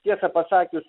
tiesą pasakius